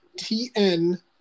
TN